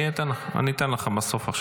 אני אתן לך בסוף.